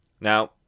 Now